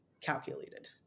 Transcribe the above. calculated